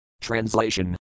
Translation